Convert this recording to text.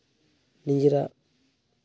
ᱱᱤᱡᱮᱨᱟᱜ